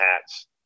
hats